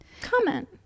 Comment